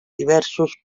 diversos